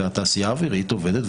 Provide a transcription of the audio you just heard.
והתעשייה האווירית עובדת,